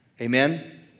Amen